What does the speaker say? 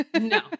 No